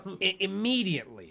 immediately